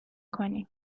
کنی